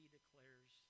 declares